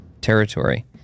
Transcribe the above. territory